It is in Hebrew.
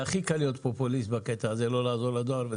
הכי קל להיות פופוליסט בקטע הזה ולא לעזור לדואר.